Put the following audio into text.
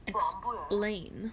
Explain